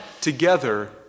together